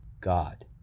God